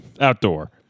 outdoor